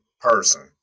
person